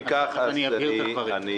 אם כך, אנא תבהיר את הדברים.